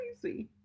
crazy